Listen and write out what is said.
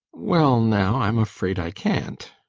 well now, i'm afraid i can't,